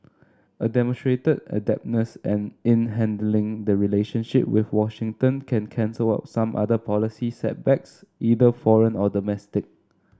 a demonstrated adeptness and in handling the relationship with Washington can cancel out some other policy setbacks either foreign or domestic